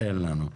אין לנו.